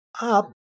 up